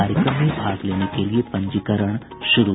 कार्यक्रम में भाग लेने के लिये पंजीकरण शुरू